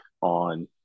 on